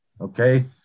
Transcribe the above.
Okay